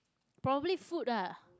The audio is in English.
probably food ah